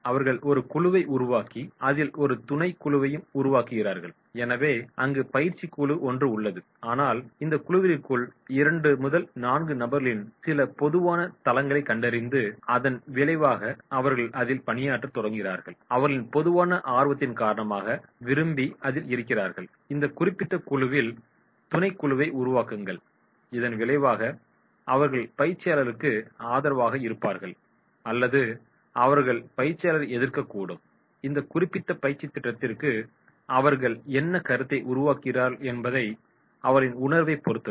அவர்கள் ஒரு குழுவை உருவாக்கி அதில் ஒரு துணைக்குழுவையும் உருவாக்கிறார்கள் எனவே அங்கு பயிற்சி குழு ஒன்று உள்ளது ஆனால் அந்த குழுவிற்குள் 2 4 நபர்களின் சில பொதுவான தளங்களைக் கண்டறிந்து அதன் விளைவாக அவர்கள் அதில் பணியாற்றத் தொடங்குகிறார்கள் அவர்களின் பொதுவான ஆர்வத்தின் காரணமாக விரும்பி அதில் இருக்கிறார்கள் அந்த குறிப்பிட்ட குழுவில் துணைக்குழுவை உருவாக்குங்கள் இதன் விளைவாக அவர்கள் பயிற்சியாளருக்கு ஆதரவாக இருப்பார்கள் அல்லது அவர்கள் பயிற்சியாளரை எதிர்க்கக்கூடும் இந்த குறிப்பிட்ட பயிற்சித் திட்டத்திற்கு அவர்கள் என்ன கருத்தை உருவாக்குகிறார்கள் என்பது அவர்களின் உணர்வை பொறுத்தது